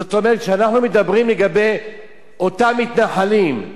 זאת אומרת, שאנחנו מדברים לגבי אותם מתנחלים,